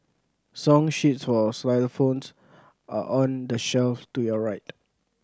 song sheets for xylophones are on the shelf to your right